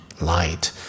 light